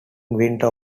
winter